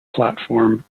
platform